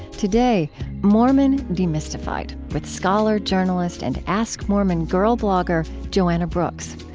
today mormon demystified, with scholar, journalist, and ask mormon girl blogger joanna brooks.